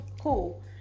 cool